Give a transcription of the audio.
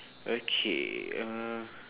okay uh